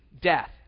death